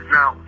Now